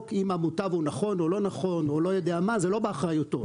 אם המוטב או נכון או לא נכון וזה לא באחריותו.